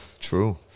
True